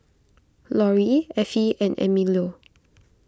Lorri Effie and Emilio